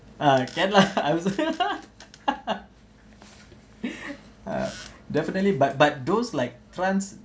ah can lah I also uh definitely but but those like trans